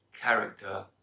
character